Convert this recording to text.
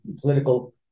political